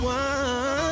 one